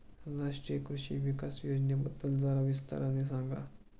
राष्ट्रीय कृषि विकास योजनेबद्दल जरा विस्ताराने सांगा